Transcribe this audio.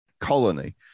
colony